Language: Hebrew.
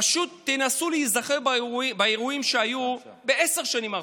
פשוט תנסה להיזכר באירועים שהיו בעשר השנים האחרונות,